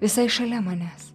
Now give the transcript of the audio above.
visai šalia manęs